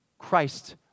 Christ